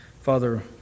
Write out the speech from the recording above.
Father